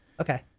okay